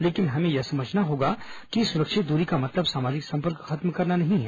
लेकिन हमें यह समझना होगा कि सुरक्षित दूरी का मतलब सामाजिक संपर्क खत्म करना नहीं है